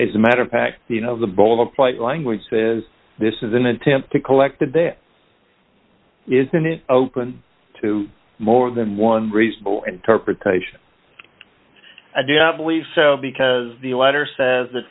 it's a matter of fact you know the bolo plight language says this is an attempt to collect that there isn't it open to more than one reasonable interpretation i do not believe so because the letter says